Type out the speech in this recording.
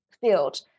field